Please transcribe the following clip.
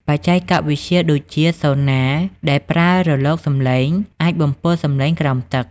បច្ចេកវិទ្យាដូចជាសូណា ដែលប្រើរលកសំឡេង អាចបំពុលសំឡេងក្រោមទឹក។